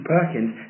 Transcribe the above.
Perkins